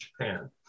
japan